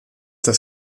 dass